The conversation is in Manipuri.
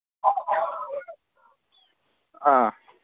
ꯑꯥ